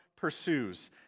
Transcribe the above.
pursues